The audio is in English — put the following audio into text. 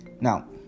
now